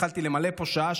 יכולתי למלא פה שעה,